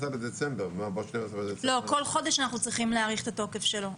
כל חודש אנחנו צריכים להאריך את התוקף שלו,